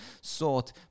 sought